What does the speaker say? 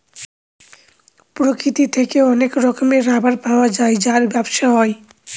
প্রকৃতি থেকে অনেক রকমের রাবার পাওয়া যায় যার ব্যবসা হয়